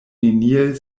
neniel